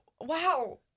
wow